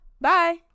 bye